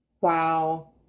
Wow